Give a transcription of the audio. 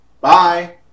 Bye